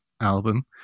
album